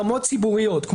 במות ציבוריות,